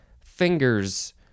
fingers